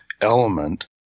element